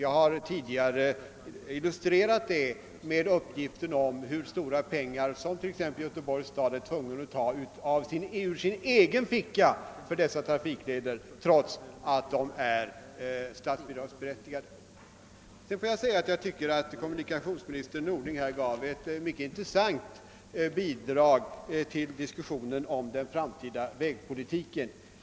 Jag har tidigare illustrerat det med uppgiften om hur mycket pengar t.ex. Göteborgs stad är tvungen att ta ur egen ficka för byggande av trafikleder, trots att de är statsbidragsberättigade. Vidare tycker jag att kommunikationsminister Norling här gav ett mycket intressant bidrag till diskussionen om den framtida vägpolitiken.